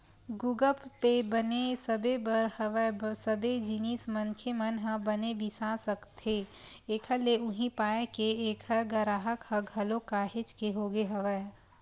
गुगप पे बने सबे बर हवय सबे जिनिस मनखे मन ह बने बिसा सकथे एखर ले उहीं पाय के ऐखर गराहक ह घलोक काहेच के होगे हवय